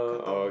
Katong